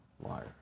Liar